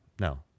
No